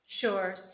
Sure